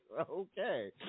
Okay